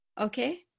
Okay